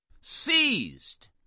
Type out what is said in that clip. seized